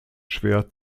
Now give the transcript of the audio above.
schwer